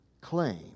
Claim